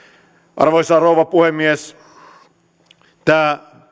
arvoisa rouva puhemies tämä